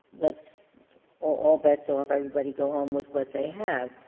let's all bets are off, everybody go home with what they have.